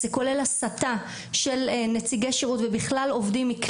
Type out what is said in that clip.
זה כולל הסתה של נציגי שירות ובכלל עובדים,